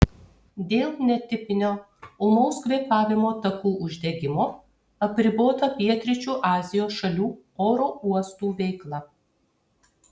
dėl netipinio ūmaus kvėpavimo takų uždegimo apribota pietryčių azijos šalių oro uostų veikla